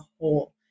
whole